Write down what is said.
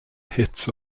hits